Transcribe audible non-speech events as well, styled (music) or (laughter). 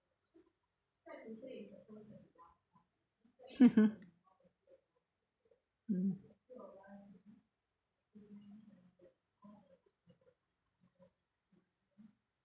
(laughs) mm